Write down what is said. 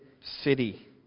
city